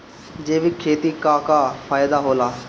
जैविक खेती क का फायदा होला?